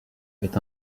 est